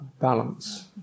balance